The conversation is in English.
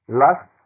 lust